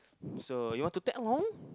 so you want to take home